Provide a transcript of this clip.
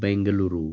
Bengaluru